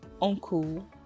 uncle